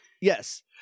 Yes